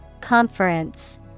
Conference